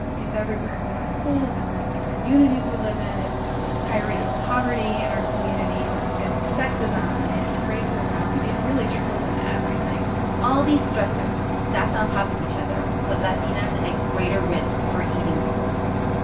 it's everywhere. it's in our ah schools. it's in the communities we live in. it's high rates of poverty in our communities. it's sexism. it's racism. it really trickles into everything all these stressors stacked on top of each other put latinas at greater risk for eating disorders.